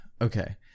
okay